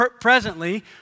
presently